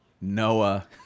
Noah